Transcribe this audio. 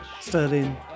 Sterling